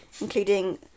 including